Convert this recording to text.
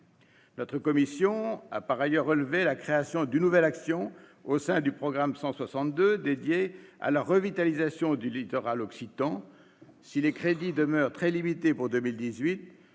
La commission a par ailleurs relevé la création d'une nouvelle action au sein du programme 162, dédiée à la revitalisation du littoral occitan. Si les crédits demeurent très limités pour 2018,